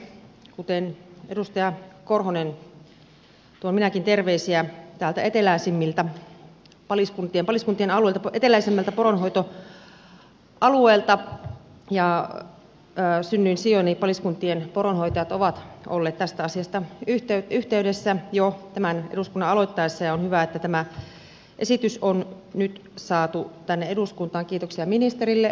kuten edustaja korhonen tuon minäkin terveisiä täältä eteläisimpien paliskuntien alueilta eteläisemmältä poronhoitoalueelta ja synnyinsijani paliskuntien poronhoitajat ovat olleet tästä asiasta yhteydessä jo tämän eduskunnan aloittaessa ja on hyvä että tämä esitys on nyt saatu tänne eduskuntaan kiitoksia ministerille esittelystä